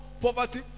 poverty